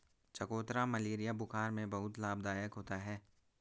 चकोतरा मलेरिया बुखार में बहुत लाभदायक होता है